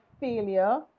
failure